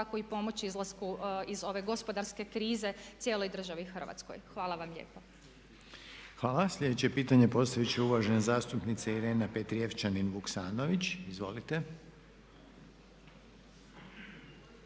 tako i pomoći izlasku iz ove gospodarske krize cijeloj državi Hrvatskoj. Hvala vam lijepa. **Reiner, Željko (HDZ)** Hvala. Sljedeće pitanje postavit će uvažena zastupnica Irena Petrijevčanin Vuksanović, izvolite.